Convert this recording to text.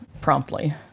promptly